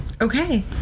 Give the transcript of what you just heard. Okay